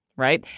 right.